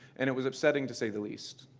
and it was upsetting, to say the least.